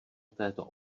této